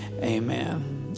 Amen